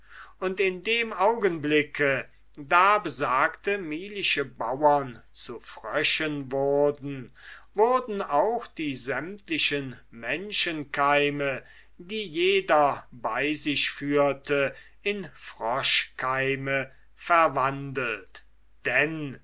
und in dem augenblick da besagte milische bauren zu fröschen wurden wurden auch die sämtlichen menschenkeime die jeder bei sich führte in froschkeime verwandelt denn